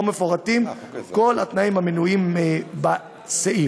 שבו מפורטים כל התנאים המנויים בסעיף.